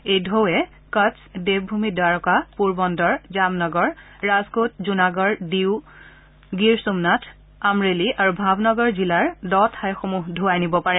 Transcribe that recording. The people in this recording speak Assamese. এই টৌৱে কাট্ছ দেৱভূমি দ্বাৰকা পোৰবন্দৰ জামনগৰ ৰাজকোট জুনাগৰ দিউ গিৰ সোমনাথ আমৰেলি আৰু ভাবনগৰ জিলাৰ দ ঠাইসমূহ ধুৱাই নিব পাৰে